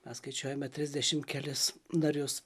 mes skaičiuojame trisdešim kelis narius